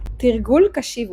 תרגול קשיבות